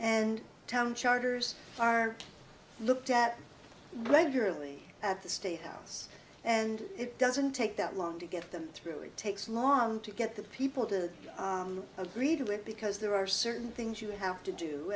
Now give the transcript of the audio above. tom charters are looked at regularly at the state house and it doesn't take that long to get them through it takes long to get the people to agree to it because there are certain things you have to